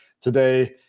today